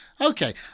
Okay